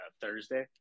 Thursday